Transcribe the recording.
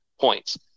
points